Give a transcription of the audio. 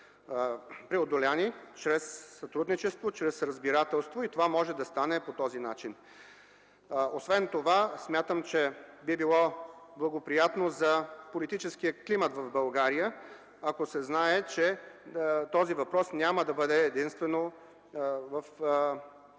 преодолени чрез сътрудничество, разбирателство. Това може да стане по този начин. Освен това смятам, че би било благоприятно за политическия климат в България, ако се знае, че този въпрос няма единствено да лежи